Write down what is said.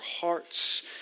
hearts